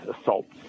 assaults